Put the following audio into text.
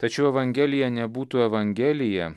tačiau evangelija nebūtų evangelija